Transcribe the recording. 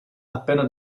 appena